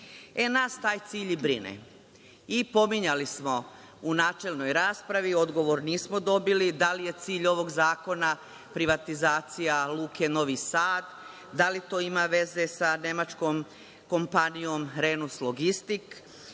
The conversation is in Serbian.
Nas taj cilj brine. Pominjali smo u načelnoj raspravi, odgovor nismo dobili da li je cilj ovog zakona privatizacija Luke Novi Sad, da li to ima veze sa nemačkom kompanijom „Renus logistik“.Tada